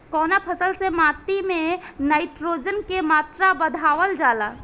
कवना फसल से माटी में नाइट्रोजन के मात्रा बढ़ावल जाला?